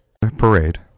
Parade